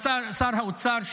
שר האוצר,